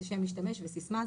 שם משתמש וסיסמא,